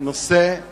נושא